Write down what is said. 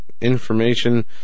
information